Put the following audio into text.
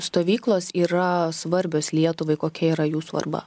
stovyklos yra svarbios lietuvai kokia yra jų svarba